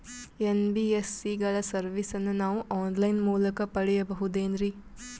NBSC ಗಳ ಸರ್ವಿಸನ್ನ ನಾವು ಆನ್ ಲೈನ್ ಮೂಲಕ ಪಡೆಯಬಹುದೇನ್ರಿ?